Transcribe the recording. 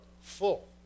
full